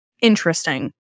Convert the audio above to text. interesting